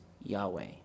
Yahweh